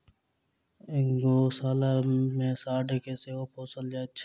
गोशाला मे साँढ़ के सेहो पोसल जाइत छै